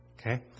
Okay